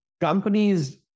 companies